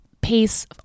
pace